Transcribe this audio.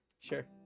sure